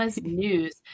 News